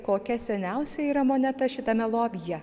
kokia seniausia yra moneta šitame lobyje